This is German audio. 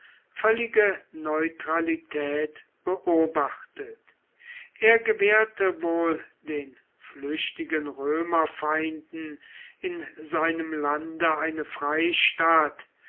völlige neutralität beobachtet er gewährte wohl den flüchtigen römerfeinden in seinem lande eine freistatt